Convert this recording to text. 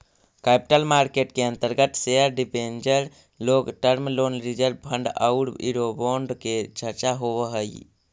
capital market के अंतर्गत share debenture long term loan reserve fund औउर यूरोबोंड के चर्चा होवऽ हई